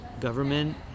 government